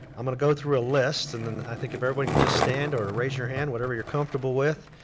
i'm gonna go through a list and then, i think if everyone could just stand, or raise your hand, whatever you're comfortable with,